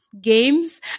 Games